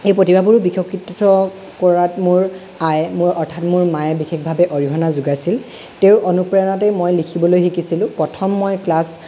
এই প্ৰতিভাবোৰো বিকশিত কৰাত মোৰ আয়ে মোৰ অৰ্থাৎ মোৰ মায়ে বিশেষভাৱে অৰিহণা যোগাইছিল তেওঁৰ অনুপ্ৰেৰণাতেই মই লিখিবলৈ শিকিছিলোঁ প্ৰথম মই ক্লাছ